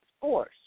force